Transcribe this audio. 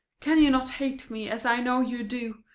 can you not hate me, as i know you do,